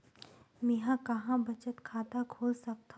मेंहा कहां बचत खाता खोल सकथव?